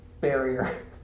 barrier